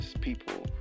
people